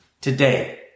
Today